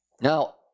Now